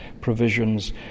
provisions